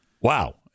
Wow